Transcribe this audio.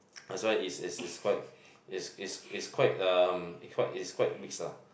that's why is is is quite is is is quite um is quite is quite mix ah